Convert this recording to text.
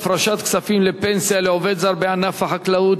הפרשת כספים לפנסיה לעובד זר בענף החקלאות),